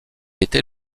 était